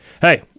Hey